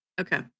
Okay